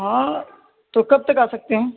ہاں تو کب تک آ سکتے ہیں